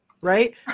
Right